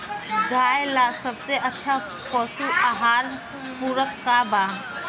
गाय ला सबसे अच्छा पशु आहार पूरक का बा?